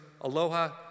Aloha